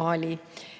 Mali.